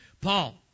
Paul